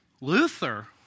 Luther